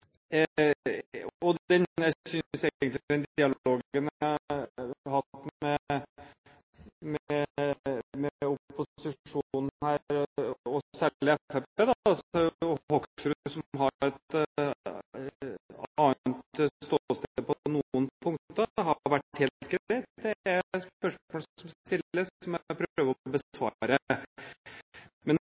egentlig den dialogen jeg har hatt med opposisjonen – og særlig Fremskrittspartiet og representanten Hoksrud, som har et annet ståsted på noen punkter – har vært helt grei. Det er spørsmål som stilles, som jeg prøver å